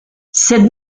cette